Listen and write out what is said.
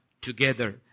together